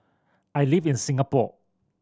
I live in Singapore